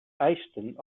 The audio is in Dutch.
eisten